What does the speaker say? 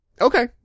Okay